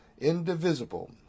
indivisible